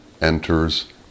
enters